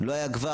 לא היה כבר,